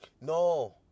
no